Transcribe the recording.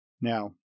Now